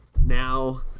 now